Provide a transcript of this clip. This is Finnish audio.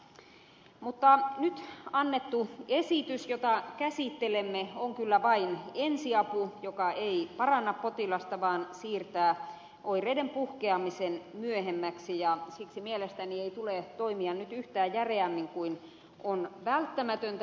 nyt annettu esitys jota käsittelemme on kyllä vain ensiapu joka ei paranna potilasta vaan siirtää oireiden puhkeamisen myöhemmäksi ja siksi mielestäni ei tule toimia nyt yhtään järeämmin kuin on välttämätöntä